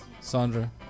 Sandra